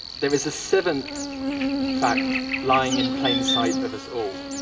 there is a seventh fact lying in plain sight of us all.